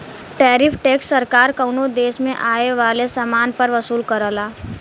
tariff tax सरकार कउनो देश में आये वाले समान पर वसूल करला